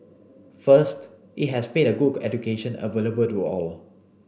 first it has made a good education available to all